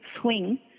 swing